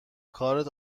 کارت